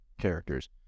characters